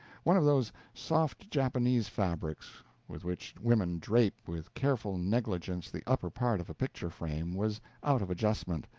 one of those soft japanese fabrics with which women drape with careful negligence the upper part of a picture-frame was out of adjustment.